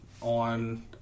on